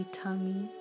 tummy